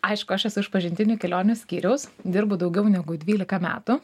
aišku aš esu iš pažintinių kelionių skyriaus dirbu daugiau negu dvylika metų